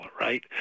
right